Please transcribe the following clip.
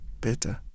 better